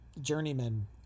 journeyman